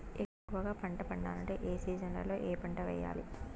ఎక్కువగా పంట పండాలంటే ఏ సీజన్లలో ఏ పంట వేయాలి